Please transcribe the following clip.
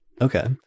Okay